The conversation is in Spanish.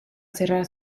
cerrar